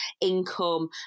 income